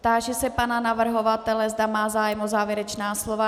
Táži se pana navrhovatele, zda má zájem o závěrečné slovo.